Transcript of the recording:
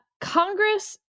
Congress